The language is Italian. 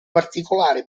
particolare